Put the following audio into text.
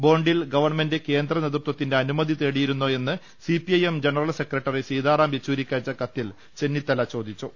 ബോണ്ടിൽ government കേന്ദ്ര നേതൃത്വത്തിന്റെ അനുമതി തേടിയിരുന്നോയെന്ന് CPI M general secretary Sitaram യെച്ചൂരിക്കയച്ച കത്തിൽ ചെന്നിത്തല ചോദിച്ചു